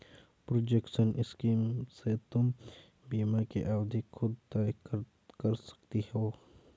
protection scheme से तुम बीमा की अवधि खुद तय कर सकती हो